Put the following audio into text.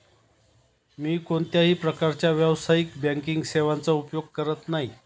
मी कोणत्याही प्रकारच्या व्यावसायिक बँकिंग सेवांचा उपयोग करत नाही